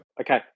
Okay